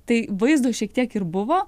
tai vaizdo šiek tiek ir buvo